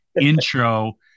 intro